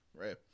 Right